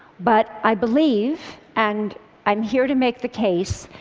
but i believe, and i'm here to make the case,